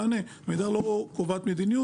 עמידר לא קובעת מדיניות.